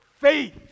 faith